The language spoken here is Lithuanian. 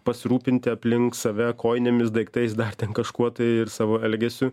pasirūpinti aplink save kojinėmis daiktais dar kažkuo tai ir savo elgesiu